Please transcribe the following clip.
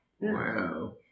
Wow